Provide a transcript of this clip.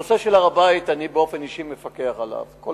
הנושא של הר-הבית, אני מפקח עליו באופן אישי.